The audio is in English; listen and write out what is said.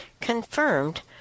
confirmed